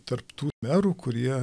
tarp tų merų kurie